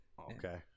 okay